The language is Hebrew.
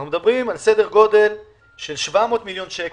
אנחנו מדברים על סדר גודל של 700 מיליון שקלים,